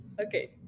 Okay